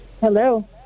hello